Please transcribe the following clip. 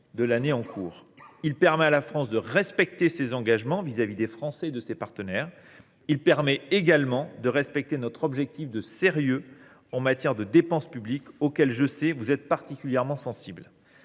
de l’année en cours. Il permet à la France de respecter ses engagements vis à vis des Français et de ses partenaires. Il permet également de respecter notre objectif de sérieux en matière de dépense publique auquel, je le sais, vous êtes particulièrement sensible.